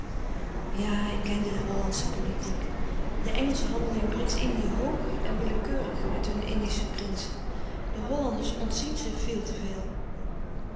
ja ik ken de hollandsche politiek de engelschen handelen in britsch-indië hooger en willekeuriger met hun indische prinsen de hollanders ontzien ze veel te veel